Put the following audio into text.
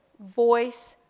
voice,